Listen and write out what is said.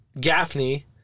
Gaffney